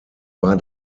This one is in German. war